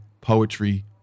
poetry